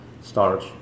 starch